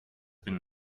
been